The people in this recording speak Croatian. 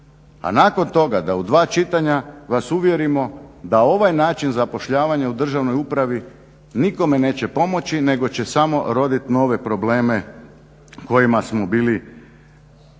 a nakon toga da u dva čitanja vas uvjerimo da ovaj način zapošljavanja u državnoj upravi nikome neće pomoći nego će samo rodit nove probleme kojima smo bili svjedoci